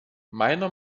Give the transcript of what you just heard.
meiner